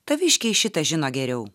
taviškiai šitą žino geriau